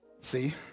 See